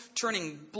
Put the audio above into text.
turning